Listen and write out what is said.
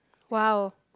!wow!